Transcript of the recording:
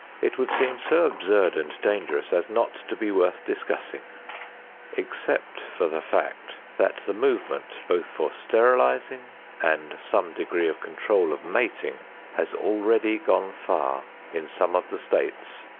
it would seem so absurd and dangerous as not to be worth discussing except for the fact that the movement, both for sterilizing and some degree of control of mating has already gone far in some of the states.